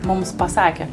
mums pasakė